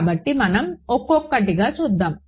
కాబట్టి మనం ఒక్కొక్కటిగా చూద్దాం